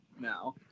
now